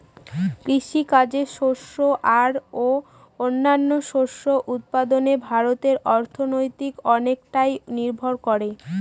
কৃষিকাজে শস্য আর ও অন্যান্য শস্য উৎপাদনে ভারতের অর্থনীতি অনেকটাই নির্ভর করে